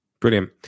Brilliant